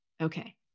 Okay